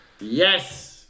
Yes